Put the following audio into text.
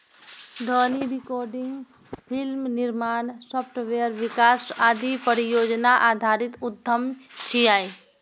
ध्वनि recording, film निर्माण, software विकास आदि परियोजना आधारित उद्यम छियै